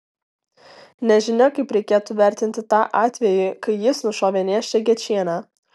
nežinia kaip reikėtų vertinti tą atvejį kai jis nušovė nėščią gečienę